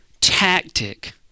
tactic